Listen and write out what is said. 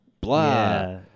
blah